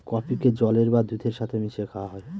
কফিকে জলের বা দুধের সাথে মিশিয়ে খাওয়া হয়